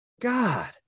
God